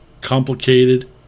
complicated